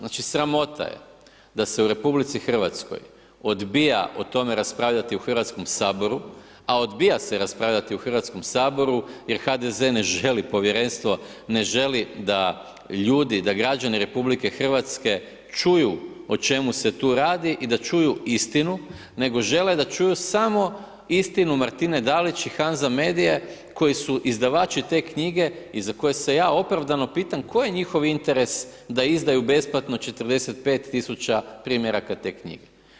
Znači sramota je da se u RH odbija o tome raspravljati u Hrvatskom saboru, a odbija se raspravljati u Hrvatskom saboru jer HDZ ne želi povjerenstvo, ne želi da ljudi, da građani RH čuju o čemu se to radi i da čuju istinu nego žele da čuju samo istinu Martine Dalić HANZA medije koji su izdavači te knjige i za koje se ja opravdano pitam koji je njihov interes da izdaju besplatno 45 000 primjeraka te knjige?